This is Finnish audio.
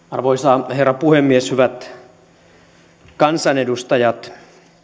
arvoisa herra puhemies hyvät kansanedustajat